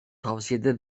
tavsiyede